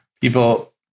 people